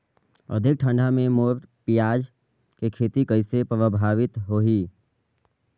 अधिक ठंडा मे मोर पियाज के खेती कइसे प्रभावित होही?